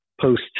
post